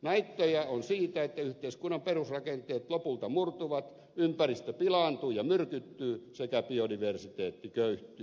näyttöjä on siitä että yhteiskunnan perusrakenteet lopulta murtuvat ympäristö pilaantuu ja myrkyttyy sekä biodiversiteetti köyhtyy